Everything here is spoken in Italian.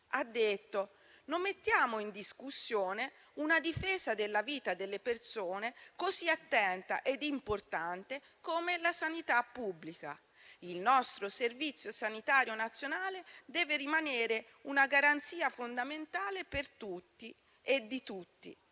ha detto: non mettiamo in discussione una difesa della vita delle persone così attenta ed importante come la sanità pubblica; il nostro Servizio sanitario nazionale deve rimanere una garanzia fondamentale per tutti e di tutti.